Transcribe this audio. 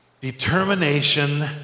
determination